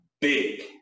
big